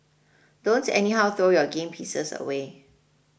don't anyhow throw your game pieces away